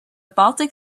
baltic